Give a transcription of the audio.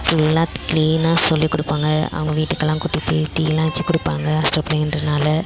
ஃபுல்லாக க்ளீனாக சொல்லி கொடுப்பாங்க அவங்க வீட்டுக்கெல்லாம் கூட்டிட்டு போய் டீ எல்லாம் வெச்சு கொடுப்பாங்க ஹாஸ்டல் பிள்ளைங்கன்றதனால